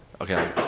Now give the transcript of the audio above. Okay